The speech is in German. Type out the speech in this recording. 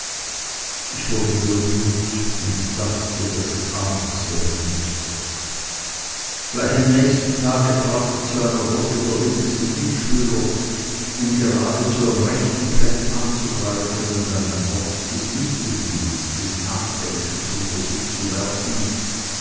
ich wurde gerührt und dachte daß es anders werden müsse gleich am nächsten tage trat ich zu einer gruppe der wildesten mitschüler um geradezu am rechten flecke anzugreifen und ein wort des mitgefühls des nachdenkens unter sie zu werfen